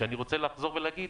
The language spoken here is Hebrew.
ואני רוצה לחזור ולהגיד